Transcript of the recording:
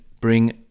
bring